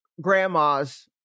grandma's